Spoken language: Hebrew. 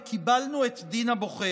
אלא קיבלנו את דין הבוחר.